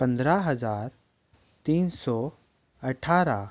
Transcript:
पंद्रह हजार तीन सौ अठारह